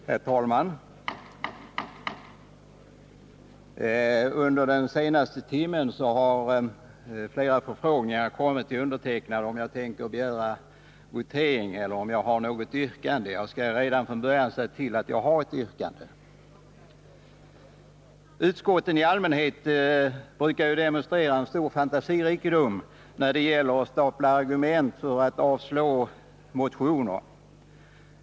Herr talman! Under den senaste timmen har jag fått flera förfrågningar, om jag tänker begära votering eller om jag har något yrkande. Jag skall redan från början säga att jag har ett yrkande. Utskotten i allmänhet brukar demonstrera stor fantasirikedom när det gäller att stapla argument för att avstyrka motioner.